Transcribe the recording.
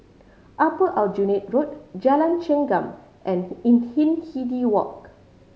Upper Aljunied Road Jalan Chengam and In Hindhede Walk